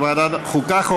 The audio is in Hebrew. לוועדת החוקה,